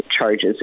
charges